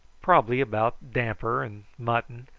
probably about damper and mutton,